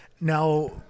Now